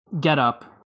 getup